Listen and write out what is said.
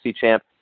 champ